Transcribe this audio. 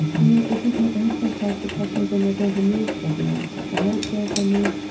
you know, if we can ask ourselves the question, then we're going to move toward the answer. and that's where, for me,